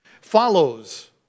follows